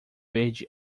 verde